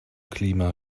klima